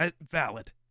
Valid